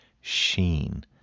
sheen